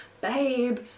Babe